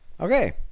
Okay